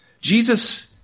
Jesus